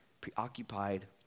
preoccupied